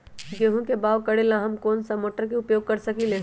गेंहू के बाओ करेला हम कौन सा मोटर उपयोग कर सकींले?